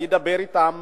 ידבר אתם